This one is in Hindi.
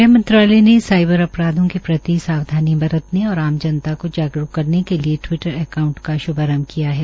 गृहमंत्री मंत्रालय ने साईबर अपराधो के प्रति सावधानी बरतने और आम जनता को जागरूक करने के लिये टिवीटर अकाउंट का श्भारंभ किया है